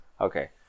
Okay